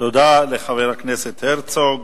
תודה לחבר הכנסת הרצוג.